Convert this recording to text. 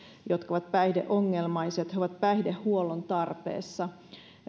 jotka ovat päihdeongelmaisia ovat päihdehuollon tarpeessa